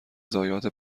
ضایعات